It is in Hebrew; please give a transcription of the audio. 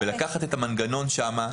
לקחת את המנגנון שיש שם,